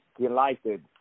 delighted